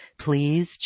please